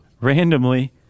Randomly